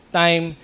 time